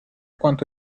quanto